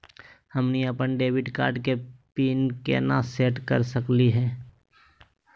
हमनी अपन debit card के पीन केना सेट कर सकली हे?